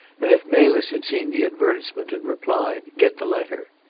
and if melis had seen the advertisement and replied, get the letter.